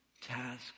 task